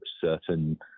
certain